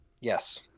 Yes